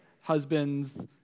husband's